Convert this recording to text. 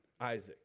Isaac